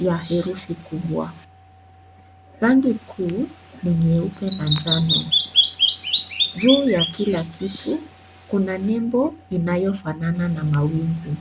ya herufi kubwa rangi kuu ni nyeupe na njano juu ya kila kitu kuna mambo inayofanana na mawingu.